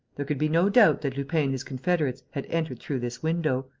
there could be no doubt that lupin and his confederates had entered through this window.